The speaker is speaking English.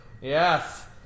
Yes